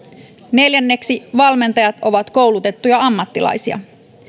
neljänneksi valmentajat ovat koulutettuja ammattilaisia